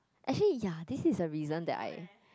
actually ya this is a reason that I